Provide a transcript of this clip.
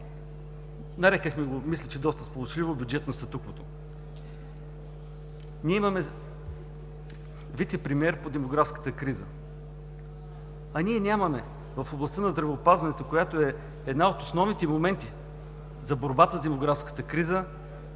Нарекохме го, мисля доста сполучливо, „бюджет на статуквото“. Ние имаме вицепремиер по демографската криза. А ние нямаме в областта на здравеопазването, която е една от основните моменти за борбата с демографската криза,